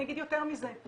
אני אגיד יותר מזה,